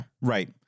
Right